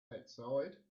outside